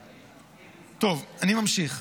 טוב, אני ממשיך: